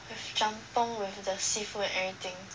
with jjampong with the seafood and everything